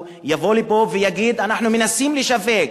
יבוא לפה ויגיד: אנחנו מנסים לשווק,